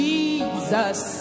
Jesus